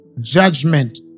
judgment